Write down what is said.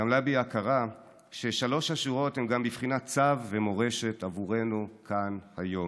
גמלה בי ההכרה ששלוש השורות הן גם בבחינת צו ומורשת עבורנו כאן היום.